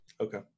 Okay